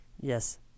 Yes